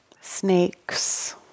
snakes